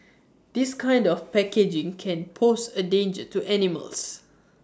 this kind of packaging can pose A danger to animals